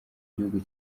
gihugu